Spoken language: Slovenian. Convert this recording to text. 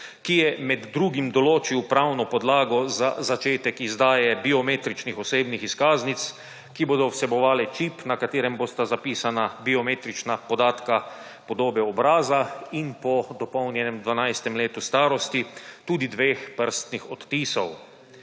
ki je med drugim določil pravno podlago za začetek izdaje biometričnih osebnih izkaznic, ki bodo vsebovale čim na katerem bosta zapisana biometrična podatka podobe obraza in po dopolnjenem 12. letu starosti tudi dveh prstnih odtisov.